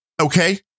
okay